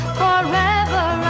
forever